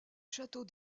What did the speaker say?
château